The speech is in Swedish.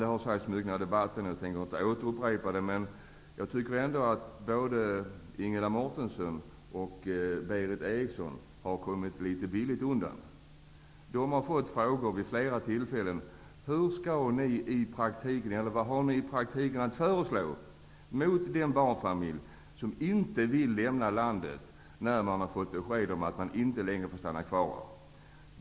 Det har sagts mycket i debatten, och jag tänker inte upprepa allt. Men både Ingela Mårtensson och Berith Eriksson har kommit billigt undan. De har vid flera tillfällen blivit tillfrågade om vad de i praktiken har att föreslå när det gäller den barnfamilj som har fått besked om att de inte får stanna och inte vill lämna landet.